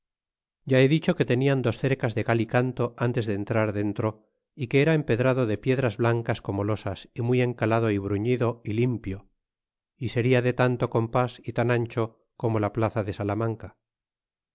ya he dicho que tenian dos cercas de cal y canto ntes de entrar dentro é que era empedrado de piedras blancas como losas y muy encalado y bruñido y limpio y seria de tanto compas y tan ancho como la plaza de salamanca